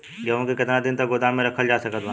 गेहूँ के केतना दिन तक गोदाम मे रखल जा सकत बा?